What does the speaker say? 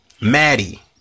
Maddie